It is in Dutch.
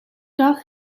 dag